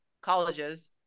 colleges